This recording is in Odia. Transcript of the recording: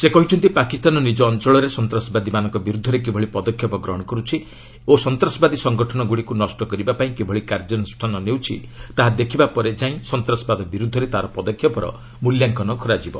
ସେ କହିଛନ୍ତି ପାକିସ୍ତାନ ନିଜ ଅଞ୍ଚଳରେ ସନ୍ତାସବାଦୀମାନଙ୍କ ବିରୁଦ୍ଧରେ କିଭଳି ପଦକ୍ଷେପ ଗ୍ରହଣ କରୁଛି ଓ ସନ୍ତାସବାଦୀ ସଙ୍ଗଠନଗୁଡ଼ିକୁ ନଷ୍ଟ କରିବାପାଇଁ କିଭଳି କାର୍ଯ୍ୟାନୁଷ୍ଠାନ ନେଉଛି ତାହା ଦେଖିବା ପରେ ଯାଇଁ ସନ୍ତାସବାଦ ବିରୁଦ୍ଧରେ ତା'ର ପଦକ୍ଷେପର ମୂଲ୍ୟାଙ୍କନ କରାଯିବ